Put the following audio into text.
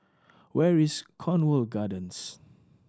where is Cornwall Gardens